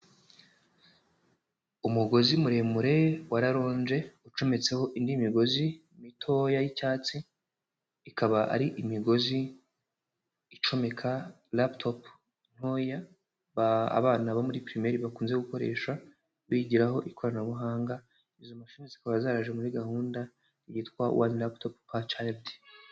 Umugozi muremure wa raronje ucometseho indi migozi mitoya y'icyatsi, ikaba ari imigozi icomeka laptop ntoya abana bo muri pirimere bakunze gukoresha bigiraho ikoranabuhanga, izo mashine zikaba zaraje muri gahunda yitwa one laptop per child.